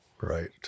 Right